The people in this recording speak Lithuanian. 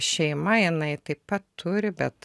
šeima jinai taip pat turi bet